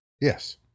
yes